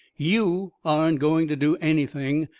you aren't going to do anything.